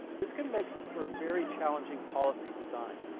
this can make for a very challenging policy design.